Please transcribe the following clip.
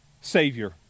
Savior